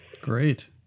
Great